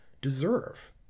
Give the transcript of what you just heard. deserve